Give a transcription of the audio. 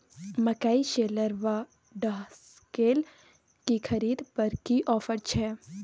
मकई शेलर व डहसकेर की खरीद पर की ऑफर छै?